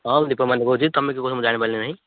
ହଁ ମୁଁ ଜାଣିପାରିଲି ନାହିଁ